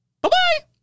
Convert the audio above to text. bye-bye